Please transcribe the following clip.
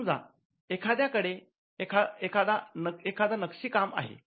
समजा तुमच्याकडे एखादा नक्षी काम आहे